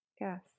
Yes